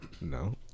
No